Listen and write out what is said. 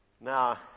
Now